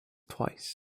twice